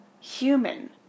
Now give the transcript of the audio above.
human